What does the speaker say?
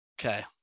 Okay